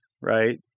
Right